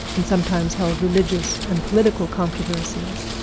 and sometimes held religious and political controversies.